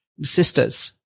Sisters